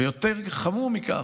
ויותר חמור מכך,